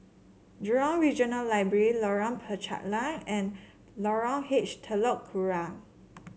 Jurong Regional Library Lorong Penchalak and Lorong H Telok Kurau